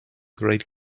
great